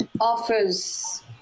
offers